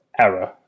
error